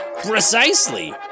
Precisely